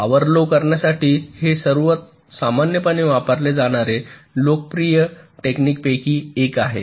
power low करण्यासाठी हे सर्वात सामान्यपणे वापरले जाणारे आणि लोकप्रिय टेक्निक पैकी एक आहे